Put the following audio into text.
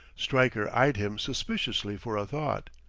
stryker eyed him suspiciously for a thought.